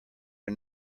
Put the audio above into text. are